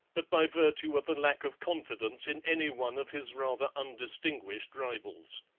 but by virtue of a lack of confidence in any one of his rather undistinguished rivals.